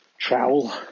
trowel